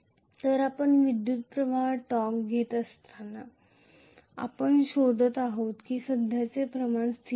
तर आपण विद्युत् प्रवाह टॉर्क घेत असताना आपण शोधत आहोत की सध्याचे प्रमाण स्थिर आहे